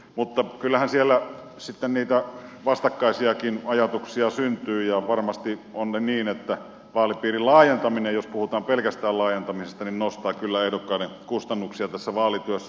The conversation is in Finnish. mutta kyllähän siellä sitten niitä vastakkaisiakin ajatuksia syntyy ja varmasti on niin että vaalipiirin laajentaminen jos puhutaan pelkästään laajentamisesta nostaa kyllä ehdokkaiden kustannuksia tässä vaalityössä